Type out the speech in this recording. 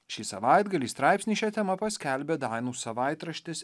šį savaitgalį straipsnį šia tema paskelbė danų savaitraštis